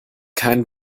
kein